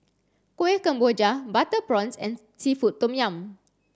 Kueh Kemboja butter prawns and seafood Tom Yum